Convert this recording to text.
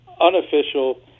unofficial